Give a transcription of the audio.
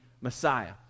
Messiah